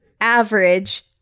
average